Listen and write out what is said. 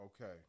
Okay